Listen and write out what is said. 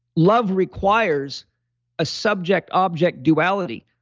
love requires a subject-object duality,